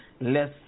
less